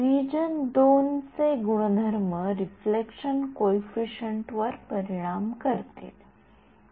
region २ चे गुणधर्म reflection coefficient वर परिणाम करतील